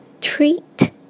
Treat